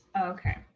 Okay